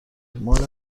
مال